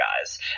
guys